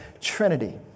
Trinity